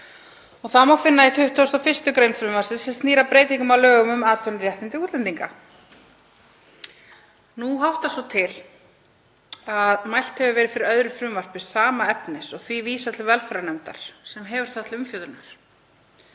Það má finna í 21. gr. frumvarpsins sem snýr að breytingum á lögum um atvinnuréttindi útlendinga. Nú háttar svo til að mælt hefur verið fyrir öðru frumvarpi sama efnis og því vísað til velferðarnefndar sem hefur það til umfjöllunar.